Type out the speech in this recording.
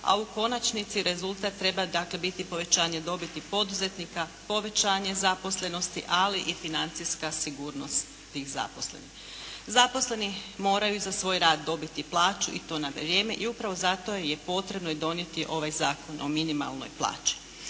a u konačnici rezultat treba dakle, biti povećanje dobiti poduzetnika, povećanje zaposlenosti, ali i financijska sigurnost tih zaposlenih. Zaposleni moraju za svoj rad dobiti plaću i to na vrijeme i upravo zato je potrebno i donijeti ovaj Zakon o minimalnoj plaći.